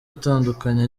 atandukanye